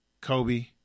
Kobe